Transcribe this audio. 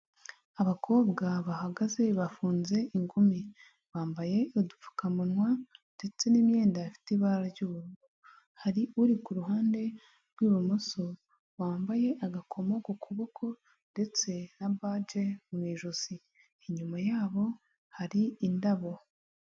Abakobwa bahagaze bafunze ingumi. Bambaye udupfukamunwa ndetse n'imyenda ifite ibara ry'ubururu. Hari uri ku ruhande rw'ibumoso wambaye agakomo ku kuboko ndetse na baji mu ijosi. Inyuma yabo hari indabo.